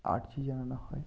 আর্জি জানানো হয়